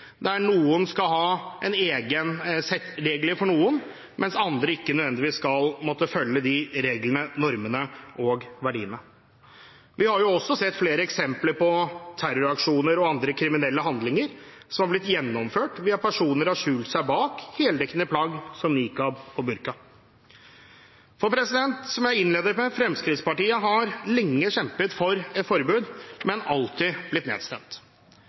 der man skal ha et eget sett regler for noen, mens andre ikke nødvendigvis skal måtte følge de reglene, normene og verdiene. Vi har også sett flere eksempler på terroraksjoner og andre kriminelle handlinger som har blitt gjennomført ved at personer har skjult seg bak heldekkende plagg som niqab og burka. Som jeg innledet med, har Fremskrittspartiet lenge kjempet for et forbud, men alltid blitt nedstemt.